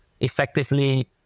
effectively